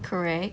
correct